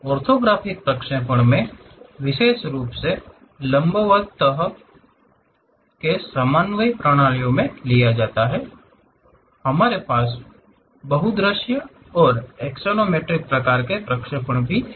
orthographic प्रक्षेपणों में विशेष रूप से लंबवत तरह के समन्वय प्रणालियों में लिया जाता हैं हमारे पास बहु दृश्य और एक्सोनोमेट्रिक प्रकार के प्रक्षेपण हैं